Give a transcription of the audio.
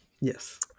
Yes